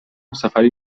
سفری